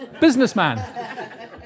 Businessman